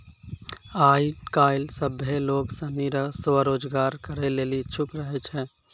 आय काइल सभ्भे लोग सनी स्वरोजगार करै लेली इच्छुक रहै छै